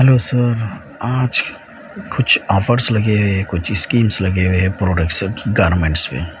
hello sir آج کچھ offers لگے ہوئے ہے کچھ اسکیم لگے ہوئے ہے پروڈکٹس گارمنٹس کے